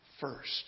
first